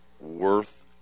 worth